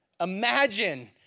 Imagine